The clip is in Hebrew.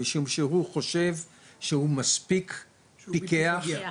משום שהוא חושב שהוא מספיק פיכח.